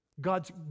God's